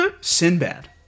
Sinbad